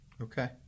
Okay